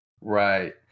Right